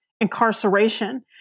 incarceration